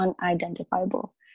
unidentifiable